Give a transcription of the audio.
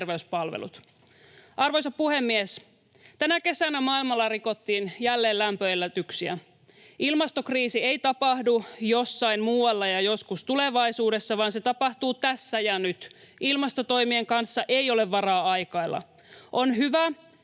Arvoisa puhemies! Tänä kesänä maailmalla rikottiin jälleen lämpöennätyksiä. Ilmastokriisi ei tapahdu jossain muualla ja joskus tulevaisuudessa, vaan se tapahtuu tässä ja nyt. Ilmastotoimien kanssa ei ole varaa aikailla. On hyvä,